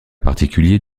particulier